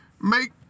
make